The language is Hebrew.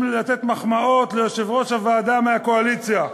לתת מחמאות ליושב-ראש ועדה מהקואליציה.